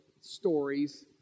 stories